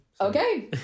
okay